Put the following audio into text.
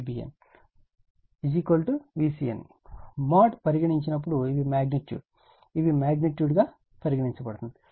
mode పరిగణించినప్పుడు ఇవి magnitude ఇవి మాగ్నిట్యూడ్ గా పరిగణించబడుతుంది